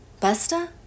Busta